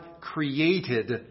created